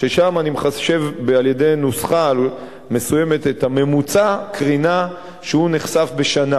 ששם אני מחשב על-ידי נוסחה מסוימת את ממוצע הקרינה שהוא נחשף בשנה.